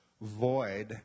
void